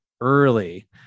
Early